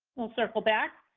we'll circle back.